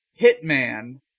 Hitman